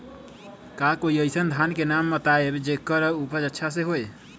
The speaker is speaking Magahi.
का कोई अइसन धान के नाम बताएब जेकर उपज अच्छा से होय?